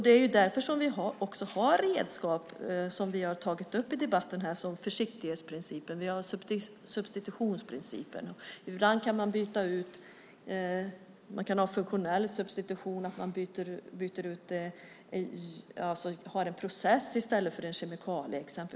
Det är därför vi har de redskap som vi har tagit upp i debatten, som försiktighetsprincipen och substitutionsprincipen. Man kan ha funktionell substitution och ha en process i stället för en kemikalie.